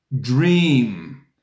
dream